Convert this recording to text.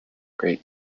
great